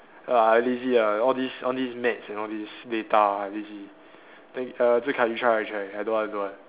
uh I lazy lah all these all these maths and all these data I lazy t~ err Zhi Kai you try you try I don't want I don't want